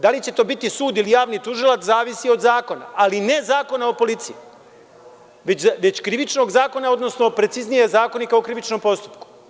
Da li će to biti sud ili javni tužilac zavisi od zakona, ali ne Zakona o policiji, već Krivičnog zakona, odnosno preciznije Zakonika o krivičnom postupku.